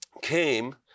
came